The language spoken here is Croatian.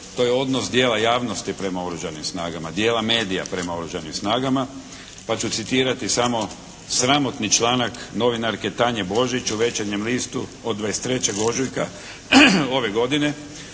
to je odnos dijela javnosti prema oružanim snagama, dijela medija prema oružanim snagama pa ću citirati samo sramotni članak novinarke Tanje Božić u "Večernjem listu" od 23. ožujka ove godine